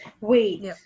wait